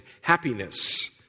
happiness